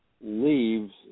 leaves